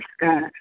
God